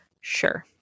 Sure